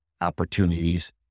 opportunities